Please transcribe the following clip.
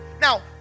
Now